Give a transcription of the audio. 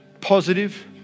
positive